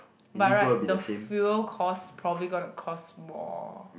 by right the fuel cost probably gonna cost more